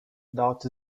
dough